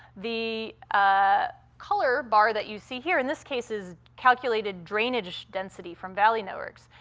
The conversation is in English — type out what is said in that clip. the ah color bar that you see here, in this case, is calculated drainage density from valley networks.